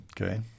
Okay